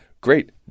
Great